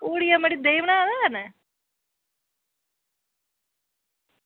पूड़ी कन्नै मड़ी देहीं बनाए दा